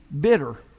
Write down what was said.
bitter